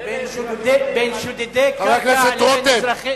בין שודדי קרקע לבין, אלה אזרחים